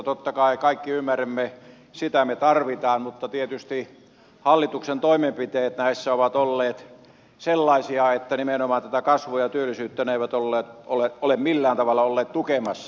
totta kai kaikki ymmärrämme että sitä me tarvitsemme mutta tietysti hallituksen toimenpiteet näissä ovat olleet sellaisia että nimenomaan tätä kasvua ja työllisyyttä ne eivät ole millään tavalla olleet tukemassa